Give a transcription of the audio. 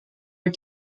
are